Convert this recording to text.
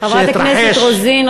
חברי הכנסת רוזין,